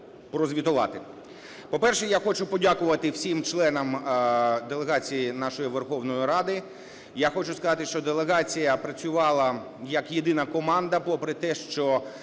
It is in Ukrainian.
По-перше, я хочу подякувати всім членам делегації нашої Верховної Ради. Я хочу сказати, що делегація працювала як єдина команда попри те, що